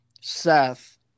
Seth